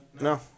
No